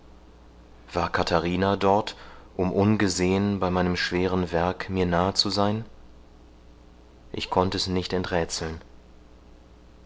war katharina dort um ungesehen bei meinem schweren werk mir nah zu sein ich konnte es nicht